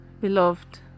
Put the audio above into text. Beloved